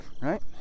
Right